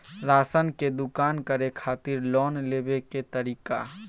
Ration के दुकान करै खातिर लोन लेबै के तरीका?